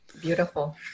Beautiful